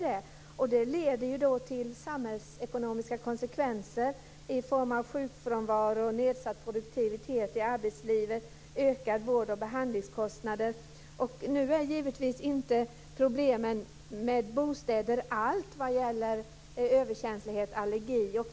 Detta får samhällsekonomiska konsekvenser i form av sjukfrånvaro, nedsatt produktivitet i arbetslivet och ökade vård och behandlingskostnader. Problemen med bostäder är dock givetvis inte allt vad gäller överkänslighet och allergi.